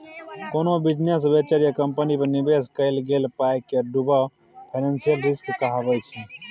कोनो business venture या कंपनीक पर निबेश कएल गेल पाइ केर डुबब फाइनेंशियल रिस्क कहाबै छै